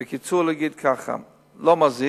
בקיצור, לא מזיק,